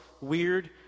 weird